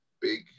Big